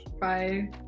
bye